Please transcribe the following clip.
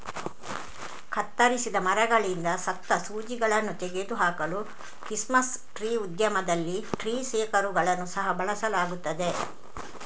ಕತ್ತರಿಸಿದ ಮರಗಳಿಂದ ಸತ್ತ ಸೂಜಿಗಳನ್ನು ತೆಗೆದು ಹಾಕಲು ಕ್ರಿಸ್ಮಸ್ ಟ್ರೀ ಉದ್ಯಮದಲ್ಲಿ ಟ್ರೀ ಶೇಕರುಗಳನ್ನು ಸಹ ಬಳಸಲಾಗುತ್ತದೆ